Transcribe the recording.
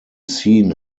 seen